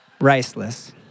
Riceless